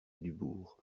dubourg